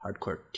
Hardcore